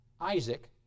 Isaac